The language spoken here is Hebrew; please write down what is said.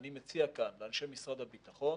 אני מציע לאנשי משרד הביטחון,